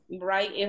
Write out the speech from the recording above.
right